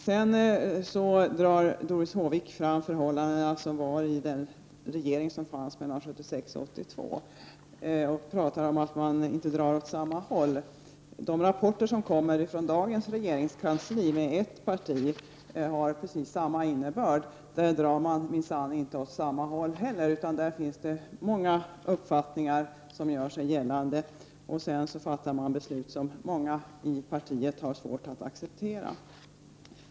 Doris Håvik drar sedan fram förhållandena som rådde under den regering som fanns mellan 1976 och 1982. Hon talar om att man inte drar åt samma håll. De rapporter som kommer från dagens regeringskansli, med ett parti, har precis samma innebörd. Där drar man minsann inte heller åt samma håll, utan där finns många uppfattningar som gör sig gällande. Sedan fattas beslut som många i partiet har svårt att acceptera.